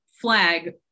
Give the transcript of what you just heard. flag